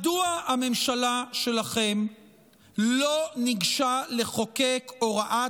מדוע הממשלה שלכם לא ניגשה לחוקק הוראת